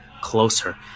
closer